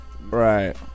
right